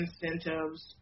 incentives